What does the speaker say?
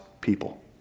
people